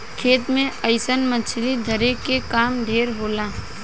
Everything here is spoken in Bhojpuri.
खेत मे अइसन मछली धरे के काम ढेर होला